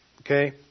okay